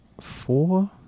four